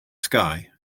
sky